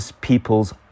people's